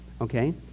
okay